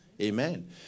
Amen